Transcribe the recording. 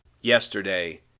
yesterday